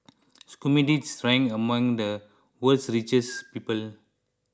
schmidts ranks among the world's richest people